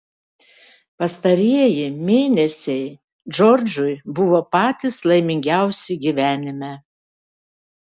pastarieji mėnesiai džordžui buvo patys laimingiausi gyvenime